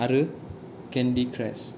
आरो केन्दि क्रास